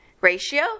ratio